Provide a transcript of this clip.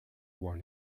were